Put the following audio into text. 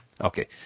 Okay